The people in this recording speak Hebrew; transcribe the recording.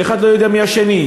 שהאחד לא יודע מי השני.